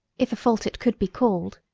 if a fault it could be called.